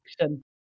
action